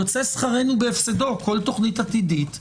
יוצא שכרנו בהפסדו, כל תוכנית עתידית תידפק,